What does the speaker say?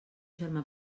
germà